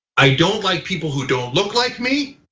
i don't like people who don't look like me.